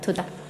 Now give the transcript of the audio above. תודה.